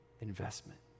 investment